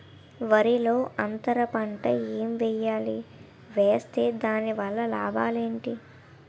వరిలో అంతర పంట ఎం వేయాలి? వేస్తే దాని వల్ల లాభాలు ఏంటి?